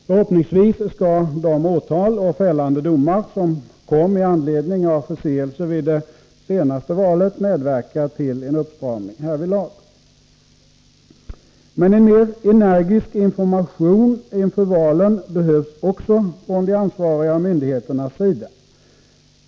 Förhoppningsvis skall de åtal och fällande domar som kom i anledning av förseelser vid det senaste valet medverka till en uppstramning härvidlag. Men en mera energisk information inför valen behövs också från de ansvariga myndigheternas sida.